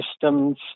systems